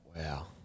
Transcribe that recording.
Wow